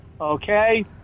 Okay